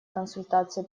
консультации